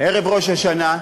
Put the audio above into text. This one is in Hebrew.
ערב ראש השנה,